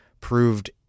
proved